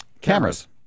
cameras